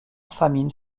famine